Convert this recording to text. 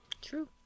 True